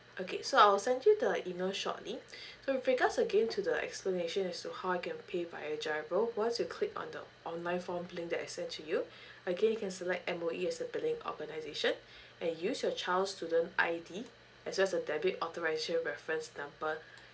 okay so I'll send you the email shortly so with regards again to the explanation as to how you can pay by uh GIRO once you click on the online form link that I sent to you again you can select M_O_E as a billing organization and use your child's I_D as well as the debit authorize reference number